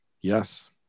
Yes